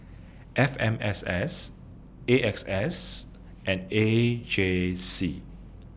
F M S S A X S and A J C